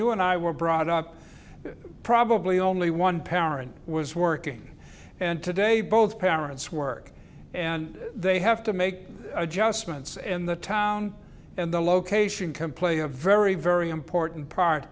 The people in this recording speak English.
you and i were brought up probably only one parent was working and today both parents work and they have to make adjustments and the town and the location can play a very very important part